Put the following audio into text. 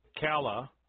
Kala